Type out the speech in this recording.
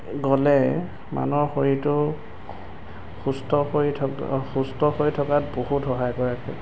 গ'লে মানুহৰ শৰীৰটো সুস্থ হৈ থকা সুস্থ হৈ থকাত বহুত সহায় কৰে